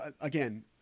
again